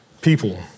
people